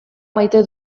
maite